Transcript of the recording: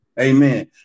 Amen